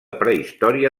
prehistòria